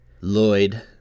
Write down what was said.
Lloyd